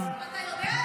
אתה יודע איפה החטופים?